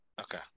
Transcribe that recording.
okay